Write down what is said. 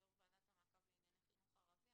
יושב ראש ועדת המעקב לענייני חינוך ערבי.